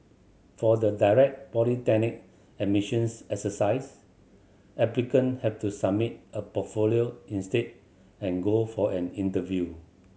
for the direct polytechnic admissions exercise applicant have to submit a portfolio instead and go for an interview